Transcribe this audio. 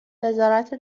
وزارت